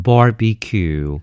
Barbecue